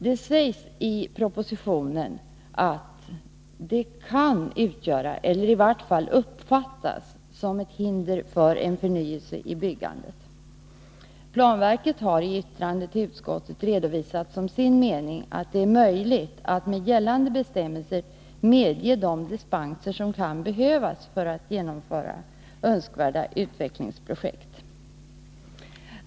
Det sägs i propositionen att ”det kan utgöra eller i vart fall uppfattas som ett hinder för en förnyelse i byggandet”. Planverket har i yttrande till utskottet redovisat som sin mening att det är möjligt att med gällande bestämmelser medge de dispenser som kan behövas för att genomföra önskvärda utvecklingsprojekt.